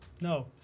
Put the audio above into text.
No